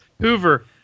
Hoover